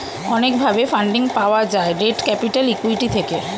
অনেক ভাবে ফান্ডিং পাওয়া যায় ডেট ক্যাপিটাল, ইক্যুইটি থেকে